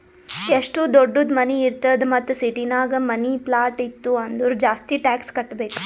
ಎಷ್ಟು ದೊಡ್ಡುದ್ ಮನಿ ಇರ್ತದ್ ಮತ್ತ ಸಿಟಿನಾಗ್ ಮನಿ, ಪ್ಲಾಟ್ ಇತ್ತು ಅಂದುರ್ ಜಾಸ್ತಿ ಟ್ಯಾಕ್ಸ್ ಕಟ್ಟಬೇಕ್